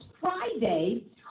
Friday